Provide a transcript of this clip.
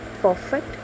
perfect